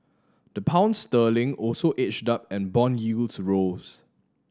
the Pound sterling also edged up and bond yields rose